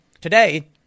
today